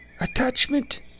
attachment